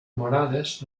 morales